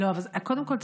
קודם כול,